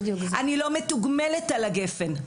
אני לא מתוגמלת על הגפ"ן,